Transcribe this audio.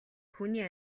хүний